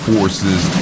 Forces